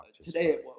today